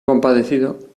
compadecido